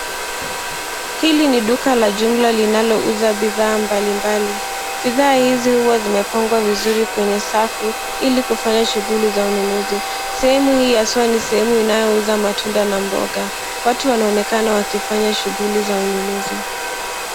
Hili ni duka la jumla linalouza bidhaa mbalimbali. Bidhaa hizi huwa zimepangwa vizuri kwenye safu, ili kufanya shughuli za ununuzi. Sehemu hii haswa ni sehemu ambayo inauza matunda na mboga. Watu wanaonekana wakifanya shughuli za ununuzi.